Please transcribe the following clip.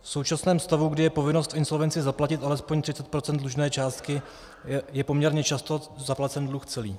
V současném stavu, kdy je povinnost v insolvenci zaplatit alespoň 30 % dlužné částky, je poměrně často zaplacen dluh celý.